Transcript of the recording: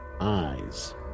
eyes